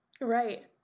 Right